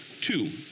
Two